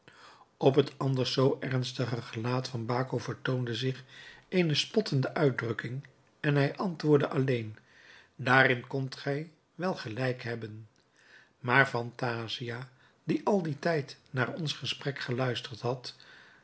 op het anders zoo ernstige gelaat van baco vertoonde zich eene spottende uitdrukking en hij antwoordde alleen daarin kondt gij wel gelijk hebben maar phantasia die al dien tijd naar ons gesprek geluisterd had